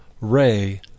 Ray